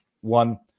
one